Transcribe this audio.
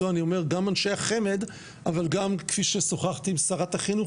אני אומר גם אנשי החמ"ד אבל גם כפי ששוחחתי עם שרת החינוך,